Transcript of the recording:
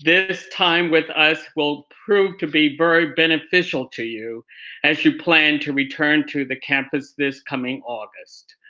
this time with us will prove to be very beneficial to you as you plan to return to the campus this coming august.